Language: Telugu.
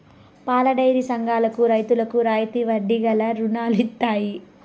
పాలడైరీ సంఘాలకు రైతులకు రాయితీ వడ్డీ గల రుణాలు ఇత్తయి